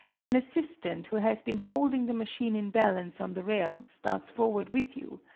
an assistant who has been holding the machine in balance on the rail starts forward with you,